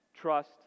trust